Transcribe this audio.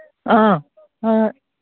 ꯑꯥ ꯑ